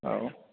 औ